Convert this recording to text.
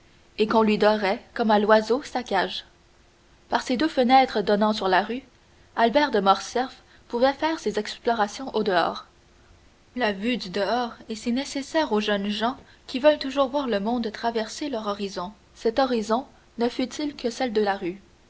et qu'on lui dorait comme à l'oiseau sa cage par les deux fenêtres donnant sur la rue albert de morcerf pouvait faire ses explorations au-dehors la vue du dehors est si nécessaire aux jeunes gens qui veulent toujours voir le monde traverser leur horizon cet horizon ne fût-il que celui de la rue